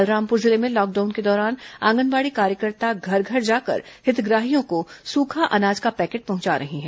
बलरामपुर जिले में लॉकडाउन के दौरान आंगनबाड़ी कार्यकर्ता घर घर जाकर हितग्राहियों को सूखा अनाज का पैकेट पहुंचा रही हैं